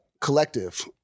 collective